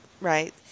Right